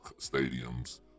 stadiums